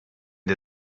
der